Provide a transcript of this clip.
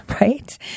right